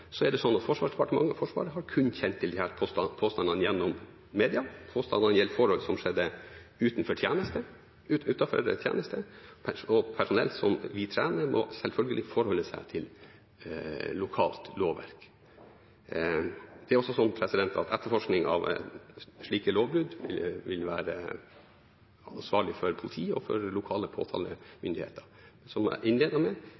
så vet vi ikke. Når det gjelder denne hendelsen omtalt i Klassekampen i går, er det slik at Forsvarsdepartementet og Forsvaret kun har kjent til disse påstandene gjennom media. Påstandene gjelder forhold som skjedde utenfor tjeneste, og personell som vi trener, må selvfølgelig forholde seg til lokalt lovverk. Det er også slik at i etterforskningen av slike lovbrudd vil man være ansvarlig overfor politi og lokale påtalemyndigheter. Som jeg innledet med: